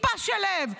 טיפה של לב.